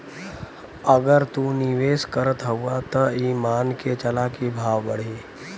अगर तू निवेस करत हउआ त ई मान के चला की भाव बढ़ी